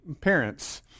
parents